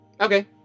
Okay